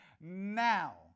now